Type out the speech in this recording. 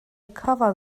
cover